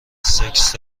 سکس